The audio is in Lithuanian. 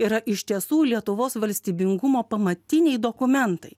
yra iš tiesų lietuvos valstybingumo pamatiniai dokumentai